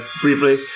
briefly